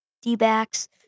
D-backs